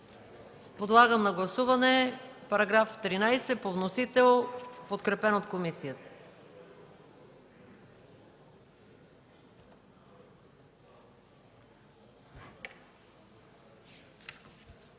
Подлагам на гласуване § 13 по вносител, подкрепен от комисията.